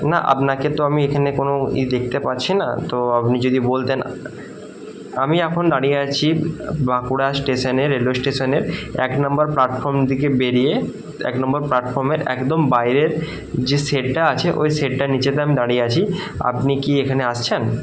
না আপনাকে তো আমি এখানে কোনও ই দেখতে পাচ্ছি না তো আপনি যদি বলতেন আমি এখন দাঁড়িয়ে আছি বাঁকুড়া স্টেশনে রেলওয়ে স্টেশনের এক নাম্বার প্ল্যাটফর্ম দিকে বেরিয়ে এক নাম্বার প্ল্যাটফর্মের একদম বাইরের যে শেডটা আছে ওই শেডটা নীচেতে আমি দাঁড়িয়ে আছি আপনি কি এখানে আসছেন